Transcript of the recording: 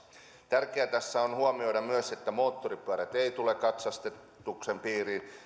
tärkeää tässä on huomioida myös että moottoripyörät eivät tule katsastuksen piiriin